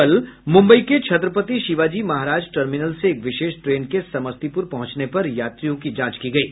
कल मुंबई के छत्रपति शिवाजी महाराज टर्मिनल से एक विशेष ट्रेन के समस्तीपुर पहुंचने पर यात्रियों की जांच की गयी